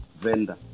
Venda